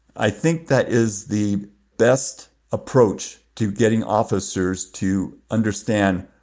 i think that is the best approach to getting officers to understand,